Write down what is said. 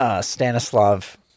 Stanislav